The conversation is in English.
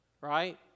Right